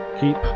keep